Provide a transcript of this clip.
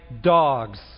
dogs